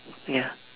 ya